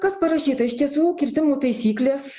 kas parašyta iš tiesų kirtimų taisyklės